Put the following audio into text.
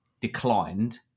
declined